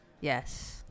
yes